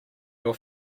your